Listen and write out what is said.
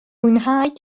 mwynhau